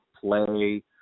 play